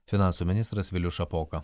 finansų ministras vilius šapoka